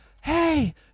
hey